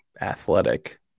athletic